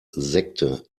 sekte